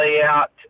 layout